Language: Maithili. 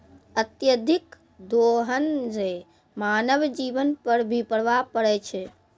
अत्यधिक दोहन सें मानव जीवन पर भी प्रभाव परै छै